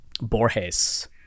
Borges